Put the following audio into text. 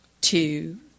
two